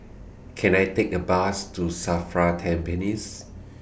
Can I Take A Bus to SAFRA Tampines